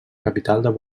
capital